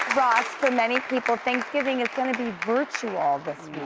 ross, for many people, thanksgiving is gonna be virtual ah this